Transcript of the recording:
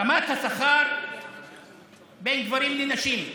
רמת השכר בין גברים לנשים,